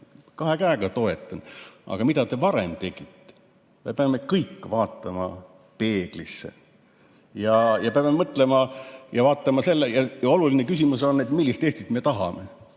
Kahe käega toetan. Aga mida te varem tegite? Me peame kõik vaatama peeglisse. Peame mõtlema ja vaatama. Oluline küsimus on, et millist Eestit me tahame.